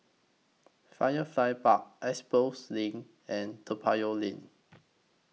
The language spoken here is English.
Firefly Park Expo LINK and Toa Payoh Lane